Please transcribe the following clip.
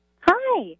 Hi